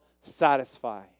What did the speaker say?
satisfy